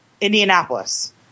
Indianapolis